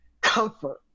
comfort